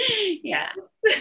Yes